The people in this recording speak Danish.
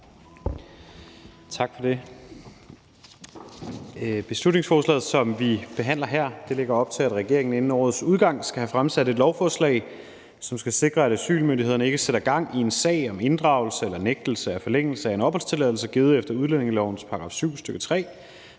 Tak for det. Beslutningsforslaget, som vi behandler her, lægger op til, at regeringen inden årets udgang skal have fremsat et lovforslag, som skal sikre, at asylmyndighederne ikke sætter gang i en sag om inddragelse eller nægtelse af forlængelse af en opholdstilladelse givet efter udlændingelovens § 7, stk. 3,